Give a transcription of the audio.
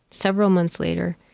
several months later.